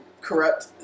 corrupt